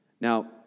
Now